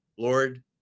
Lord